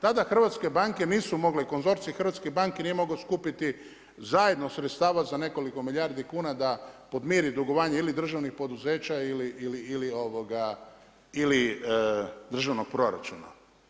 Tada hrvatske banke nisu mogle, konzorcij hrvatskih banki nije mogao skupiti zajedno sredstava za nekoliko milijardi kuna da podmiri dugovanje ili državnih poduzeća ili državnog proračuna.